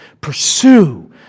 Pursue